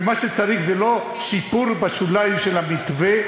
ומה שצריך זה לא שיפור בשוליים של המתווה,